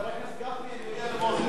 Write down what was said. אנחנו נודיע למוזס.